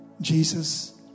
Jesus